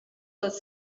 tots